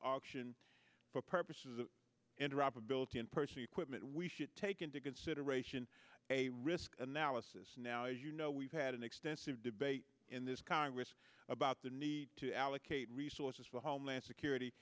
auction for purposes of interoperability in person equipment we should take into consideration a risk analysis now as you know we've had an extensive debate in this congress about the need to allocate resources for homeland security